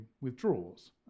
withdraws